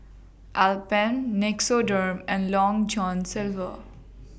Alpen Nixoderm and Long John Silver